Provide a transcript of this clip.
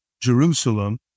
Jerusalem